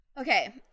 Okay